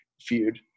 feud